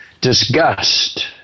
disgust